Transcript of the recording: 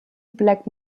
black